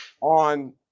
on